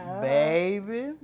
baby